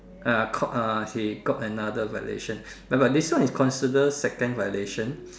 uh got uh he got another violation but this one is consider second violation